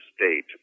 state